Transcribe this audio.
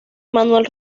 manuel